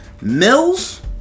Mills